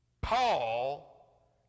Paul